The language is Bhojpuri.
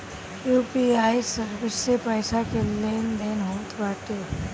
यू.पी.आई सर्विस से पईसा के लेन देन होत बाटे